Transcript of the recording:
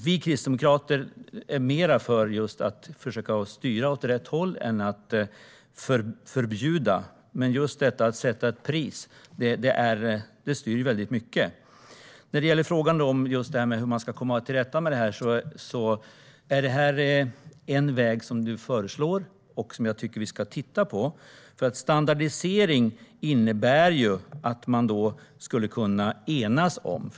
Vi kristdemokrater är mer för att försöka styra åt rätt håll än att förbjuda. Just att sätta ett pris på detta styr väldigt mycket. När det gäller frågan om hur man ska komma till rätta med detta är den väg som du föreslår, Jens Holm, en väg som jag tycker att vi ska titta på. Standardisering innebär att man skulle kunna enas.